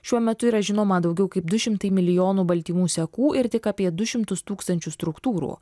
šiuo metu yra žinoma daugiau kaip du šimtai milijonų baltymų sekų ir tik apie du šimtus tūkstančių struktūrų